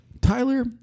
Tyler